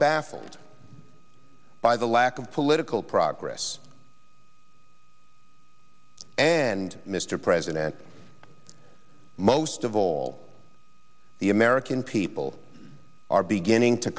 baffled by the lack of political progress and mr president most of all the american people are beginning to